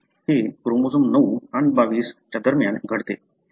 हे क्रोमोझोम 9 आणि 22 च्या दरम्यान घडते